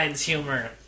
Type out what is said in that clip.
humor